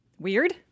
Weird